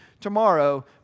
tomorrow